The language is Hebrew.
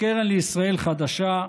הקרן לישראל חדשה,